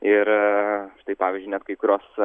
ir štai pavyzdžiui net kai kurios